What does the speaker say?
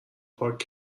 پاک